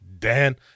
dan